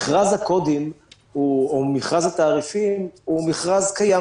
מכרז הקודים או מכרז התעריפים הוא מכרז קיים,